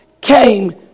came